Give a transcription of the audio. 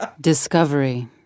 Discovery